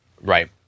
Right